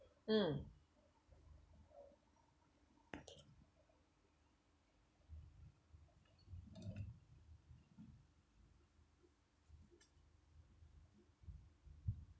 mm